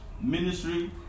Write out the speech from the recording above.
Ministry